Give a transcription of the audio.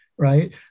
right